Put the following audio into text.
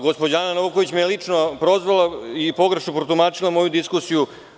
Gospođa Ana Novković me je lično prozvala i pogrešno protumačila moju diskusiju.